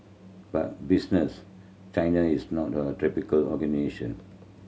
but Business China is not a typical